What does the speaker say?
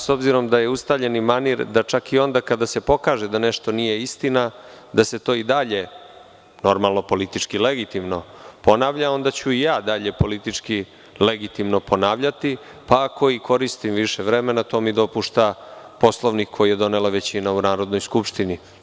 S obzirom da je ustaljeni manir da čak i onda kada se pokaže da nešto nije istina da se to i dalje, normalno politički legitimno, ponavlja, onda ću i ja dalje politički legitimni ponavljati, pa ako i koristim više vremena, to mi dopušta Poslovnik koji je donela većina u Narodnoj skupštini.